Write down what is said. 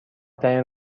ترین